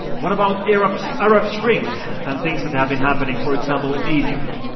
what about arab so arab spring and things that have been happening, for example, in egypt?